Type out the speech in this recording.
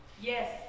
Yes